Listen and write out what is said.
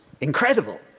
incredible